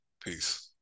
peace